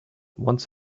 once